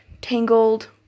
Tangled